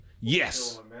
Yes